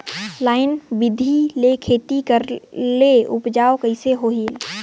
Line बिधी ले खेती करेले उपजाऊ कइसे होयल?